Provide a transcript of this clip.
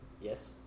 Yes